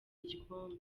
igikombe